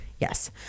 Yes